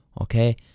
okay